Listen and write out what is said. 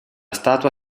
statua